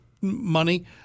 money